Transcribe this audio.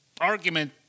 argument